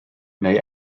neu